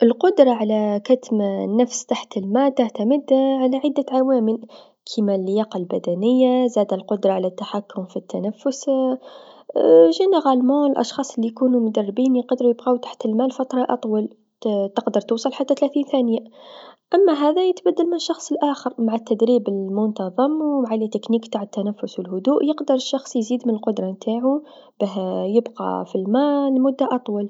القدره على كتم النفس تحت الما تعتمد على عدة عوامل كيما اللياقه البدنيه، زادا القدره على التحكم في التنفس عموما الأشخاص ليكونو مدربين يقدرو يبقاو تحت الما لفترا أطول ت-تقدر توصل حتى ثلاثين ثانيا، أما هذا يتبدل من شخص للآخر مع تدريب المنتظم و على أساليب التنفس في الهدوء، يقدر الشخص يزيد القدرا نتاعو باه يبقى في الما لمدا أطول.